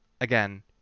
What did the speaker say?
again